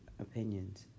opinions